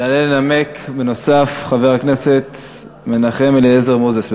יעלה לנמק חבר הכנסת מנחם אליעזר מוזס.